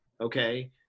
okay